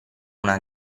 una